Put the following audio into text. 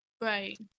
Right